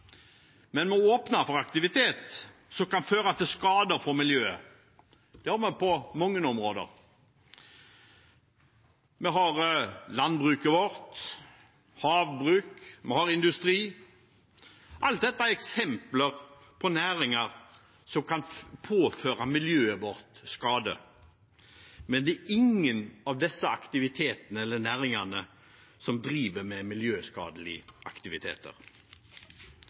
Men vi åpner for aktivitet som kan føre til skader på miljøet. Det har vi på mange områder. Vi har landbruket vårt, havbruk, vi har industri – alt dette er eksempler på næringer som kan påføre miljøet vårt skade, men det er ingen av disse næringene som driver med miljøskadelige aktiviteter.